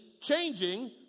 changing